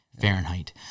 Fahrenheit